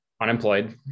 unemployed